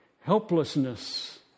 helplessness